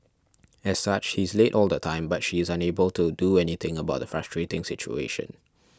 as such he is late all the time but she is unable to do anything about the frustrating situation